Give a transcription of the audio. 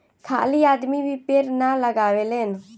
खाली आदमी भी पेड़ ना लगावेलेन